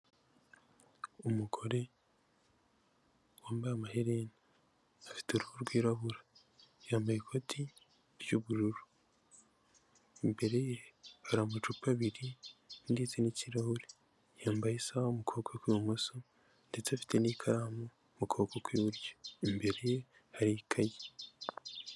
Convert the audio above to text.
Umugore wambaye amaherena afite uruhu rwirabura yambaye ikoti ry'ubururu, imbere ye hari amacupa abiri ndetse n'ikirahure yambaye isaha mu kuboko kw'ibumoso ndetse afite n'ikaramu mu kuboko kw'iburyo imbere ye hari ikaye.